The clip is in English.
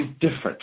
different